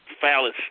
phallus